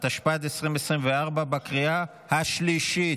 התשפ"ד 2024. בקריאה השלישית.